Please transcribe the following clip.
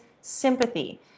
sympathy